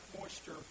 moisture